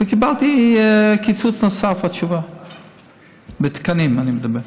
ובתשובה קיבלתי קיצוץ נוסף, בתקנים, אני מדבר.